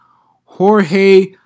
Jorge